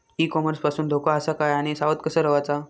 E commerce पासून धोको आसा काय आणि सावध कसा रवाचा?